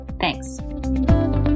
Thanks